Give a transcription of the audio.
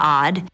odd